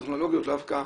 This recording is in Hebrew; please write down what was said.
טכנולוגיות דווקא,